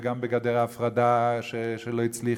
וגם בגדר ההפרדה שלא הצליחה,